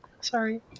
sorry